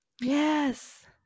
Yes